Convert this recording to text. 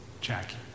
Jackie